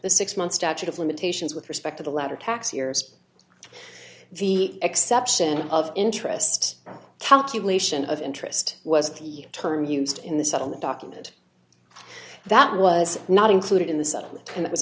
the six month statute of limitations with respect to the latter tax years the exception of interest calculation of interest was the term used in the settlement document that was not included in the settlement